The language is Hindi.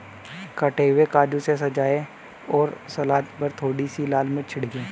कटे हुए काजू से सजाएं और सलाद पर थोड़ी सी लाल मिर्च छिड़कें